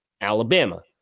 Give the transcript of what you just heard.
Alabama